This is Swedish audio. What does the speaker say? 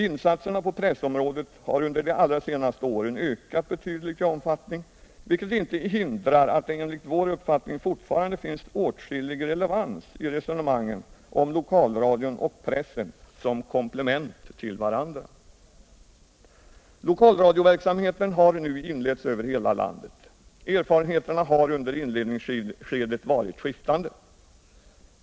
Insatserna på pressområdet har under de allra senaste åren ökat betydligt i omfattning, vilket inte hindrar att det enligt vår uppfattning fortfarande finns åtskillig relevans i resonemangen om lokalradion och pressen som komplement till varandra. Lokalradioverksamheten har nu inletts över hela landet. Erfarenheterna har under inledningsskedet varit skiftande.